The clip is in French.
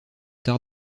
tard